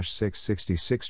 666